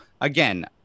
again